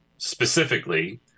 specifically